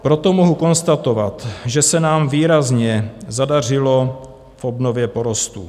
Proto mohu konstatovat, že se nám výrazně zadařilo v obnově porostů.